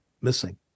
missing